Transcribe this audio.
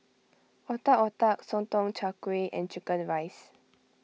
Otak Otak Sotong Char Kway and Chicken Rice